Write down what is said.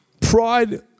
pride